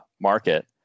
market